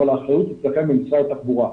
אבל האחריות אצלכם במשרד התחבורה.